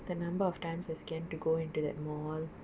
the number of times I scan to go into that mall